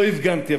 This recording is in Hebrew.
אז לא הפגנתי.